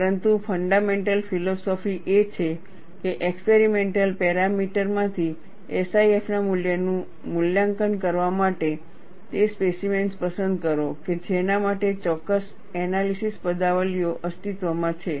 પરંતુ fundamental philosophy એ છે કે એક્સપેરિમેન્ટલ પેરામીટર માંથી SIF ના મૂલ્યનું મૂલ્યાંકન કરવા માટે તે સ્પેસિમેન્સ પસંદ કરો કે જેના માટે ચોક્કસ એનાલિસિસ પદાવલિઓ અસ્તિત્વમાં છે